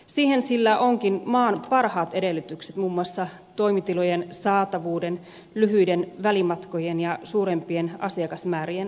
siihen sillä onkin maan parhaat edellytykset muun muassa toimitilojen saatavuuden lyhyiden välimatkojen ja suurempien asiakasmäärien ansiosta